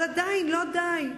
אבל עדיין לא די,